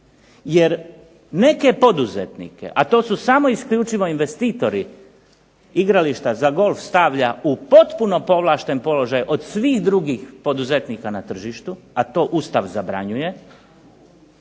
jer neke poduzetnike, a to su samo isključivo investitori, igrališta za golf stavlja u potpuno povlašten položaj od svih drugih poduzetnika na tržištu, a to Ustav zabranjuje,